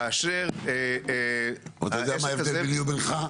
כאשר העסק הזה --- אתה יודע מה ההבדל ביני ובינך?